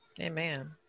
Amen